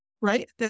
right